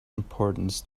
importance